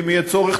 ואם יהיה צורך,